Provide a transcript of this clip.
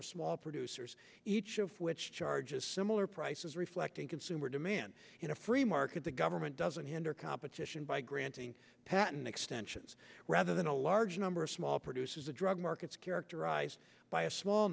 of small producers each of which charges similar prices reflecting consumer demand in a free market the government doesn't hinder competition by granting patent extensions rather than a large number of small produces the drug markets characterized by a small